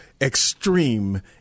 extreme